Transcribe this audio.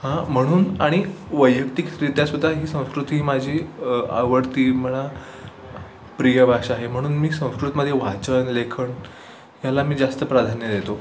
हा म्हणून आणि वैयक्तिकरित्यासुद्धा ही संस्कृत ही माझी आवडती मला प्रिय भाषा आहे म्हणून मी संस्कृतमध्ये वाचन लेखन याला मी जास्त प्राधान्य देतो